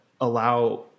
allow